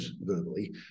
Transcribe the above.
verbally